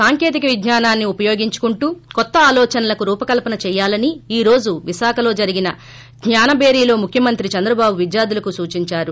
సాంకేతిక విజ్ఞనాన్సి ఉపయోగించుకుంటూ కొత్త ఆలోచనలకు రూపకల్పన చెయ్యాలని ఈ రోజు విశాఖలో జరిగిన జ్ఞానభేరిలో ముఖ్యమంత్రి చంద్రబాబు విద్యార్దులకు సూచించారు